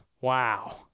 Wow